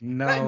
no